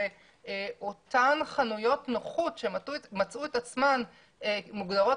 שאותן חנויות נוחות שמצאו את עצמן מוגדרות